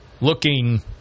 looking